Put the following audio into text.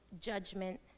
judgment